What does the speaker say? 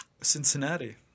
Cincinnati